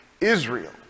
Israel